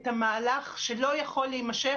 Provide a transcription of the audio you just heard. את המהלך שלא יכול להימשך,